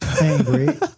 angry